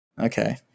Okay